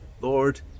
Lord